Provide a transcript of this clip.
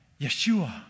Yeshua